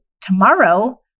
tomorrow